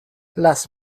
lass